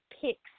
picks